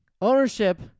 Ownership